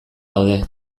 daude